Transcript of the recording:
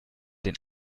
den